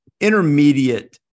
Intermediate